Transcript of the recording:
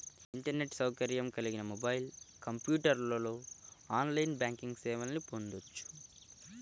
internet సౌకర్యం కలిగిన mobile, కంప్యూటర్లో ఆన్లైన్ బ్యాంకింగ్ సేవల్ని పొందొచ్చు